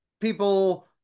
people